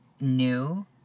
New